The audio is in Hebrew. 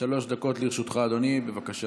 שלוש דקות לרשותך, אדוני, בבקשה.